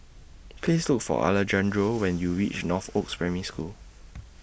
Please Look For Alejandro when YOU REACH Northoaks Primary School